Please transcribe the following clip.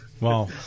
Wow